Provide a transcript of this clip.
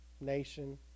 nation